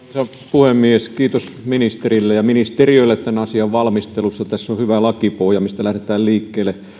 puhemies kiitos ministerille ja ministeriölle tämän asian valmistelusta tässä on hyvä lakipohja mistä lähdetään liikkeelle